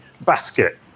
basket